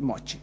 moći.